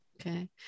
Okay